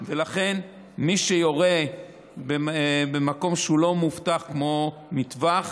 ולכן מי שיורה במקום שהוא לא מאובטח כמו מטווח